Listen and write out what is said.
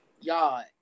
y'all